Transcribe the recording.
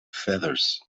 feathers